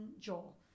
Joel